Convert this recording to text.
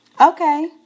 okay